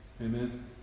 Amen